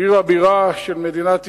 עיר הבירה של מדינת ישראל.